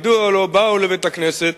מדוע לא באו לבית-הכנסת.